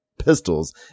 Pistols